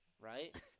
right